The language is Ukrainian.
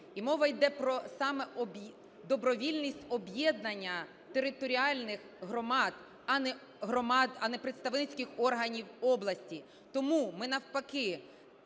І мова йде саме про добровільність об'єднання територіальних громад, громад, а не представницьких органів області. Тому ми навпаки